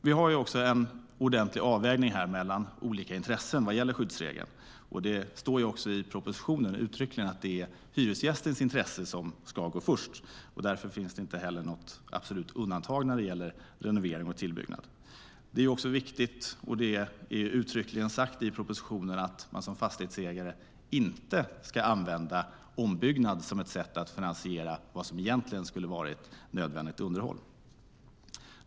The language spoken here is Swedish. Vi har en ordentlig avvägning mellan olika intressen vad gäller skyddsregeln. Det står också uttryckligen i propositionen att det är hyresgästens intresse som ska gå först. Därför finns det inte heller något absolut undantag när det gäller renovering och tillbyggnad. Det är viktigt - och det är uttryckligen sagt i propositionen - att man som fastighetsägare inte ska använda ombyggnad som ett sätt att finansiera vad som egentligen skulle vara ett nödvändigt underhåll.